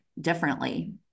differently